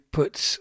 puts